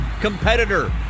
competitor